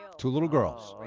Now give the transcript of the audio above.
two little girls,